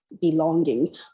belonging